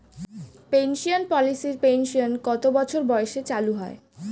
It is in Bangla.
পেনশন পলিসির পেনশন কত বছর বয়সে চালু হয়?